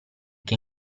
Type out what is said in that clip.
che